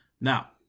Now